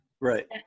right